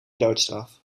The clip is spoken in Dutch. doodstraf